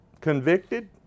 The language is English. Convicted